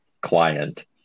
client